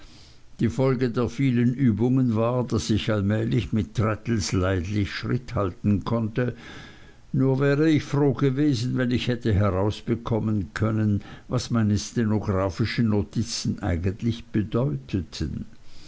die folge der vielen übungen war daß ich allmählich mit traddles leidlich schritt halten konnte nur wäre ich froh gewesen wenn ich hätte herausbekommen können was meine stenographischen notizen eigentlich bedeuteten